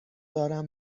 دارم